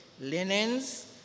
linens